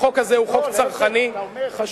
החוק הזה הוא חוק צרכני חשוב.